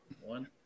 one